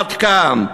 עד כאן.